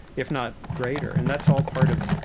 if not greater. and that's all part of